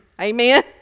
Amen